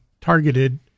targeted